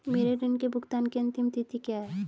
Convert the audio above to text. मेरे ऋण के भुगतान की अंतिम तिथि क्या है?